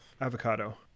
Avocado